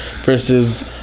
versus